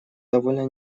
довольно